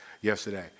yesterday